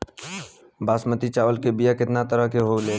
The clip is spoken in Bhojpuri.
बासमती चावल के बीया केतना तरह के मिलेला?